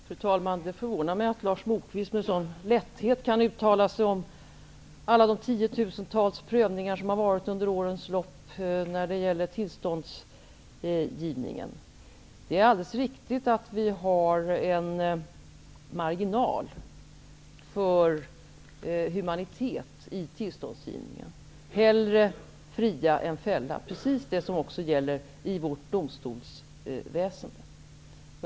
Fru talman! Det förvånar mig att Lars Moquist med sådan lätthet kan uttala sig om alla de tiotusentals prövningar som har gjorts under årens lopp i fråga om tillståndsgivningen. Det är alldeles riktigt att vi har en marginal för humanitet i tillståndsgivningen. Hellre fria än fälla. Det är precis också det som gäller i vårt domstolsväsende.